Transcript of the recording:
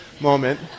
moment